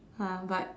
uh but